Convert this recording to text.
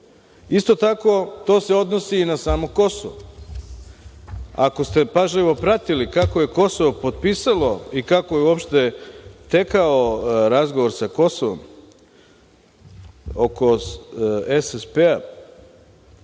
tako, to se odnosi i na samo Kosovo. Ako ste pažljivo pratili kako je Kosovo potpisalo i kako je uopšte tekao razgovor sa Kosovom oko SSP-a,